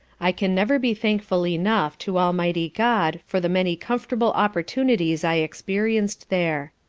i can never be thankful enough to almighty god for the many comfortable opportunities i experienced there.